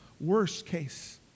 worst-case